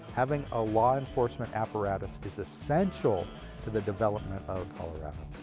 having a law enforcement apparatus is essential to the development of colorado.